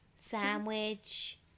sandwich